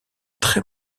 très